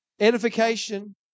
Edification